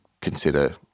consider